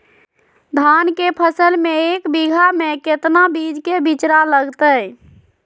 धान के फसल में एक बीघा में कितना बीज के बिचड़ा लगतय?